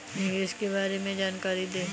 निवेश के बारे में जानकारी दें?